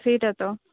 ସେଇଟା ତ